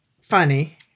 funny